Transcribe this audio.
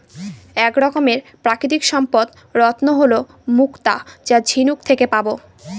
এক রকমের প্রাকৃতিক সম্পদ রত্ন হল মুক্তা যা ঝিনুক থেকে পাবো